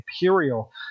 imperial